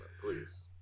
please